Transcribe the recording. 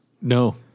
No